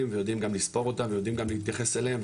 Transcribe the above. ויודעים גם לספור אותם ויודעים גם להתייחס אליהם,